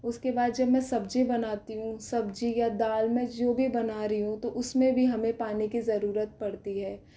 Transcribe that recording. उसके बाद जब मैं सब्ज़ी बनाती हूँ सब्ज़ी या दाल मैं जो भी बना रही हूँ तो उसमें भी हमें पानी की ज़रुरत पड़ती है